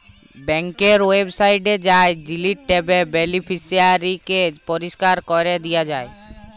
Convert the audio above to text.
ব্যাংকের ওয়েবসাইটে যাঁয়ে ডিলিট ট্যাবে বেলিফিসিয়ারিকে পরিষ্কার ক্যরে দিয়া যায়